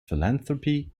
philanthropy